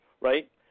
right